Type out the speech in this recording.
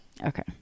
Okay